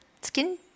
skin